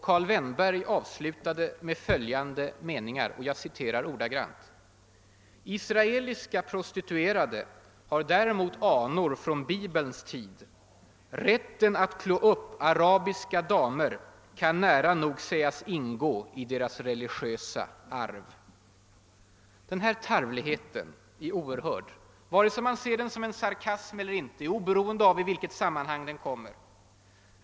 Karl Vennberg avslutade med följande meningar: »Israeliska prostituerade har däremot anor från bibelns tid. Rätten att klå upp arabiska damer kan nära nog sägas ingå i deras religiösa arv.» Denna tarvlighet är oerhörd, vare sig man ser den som en sarkasm eller inte och oberoende av i vilket sammanhang tiraden kommer.